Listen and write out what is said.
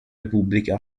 repubblica